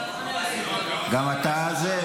גם אתה זה?